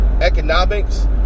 economics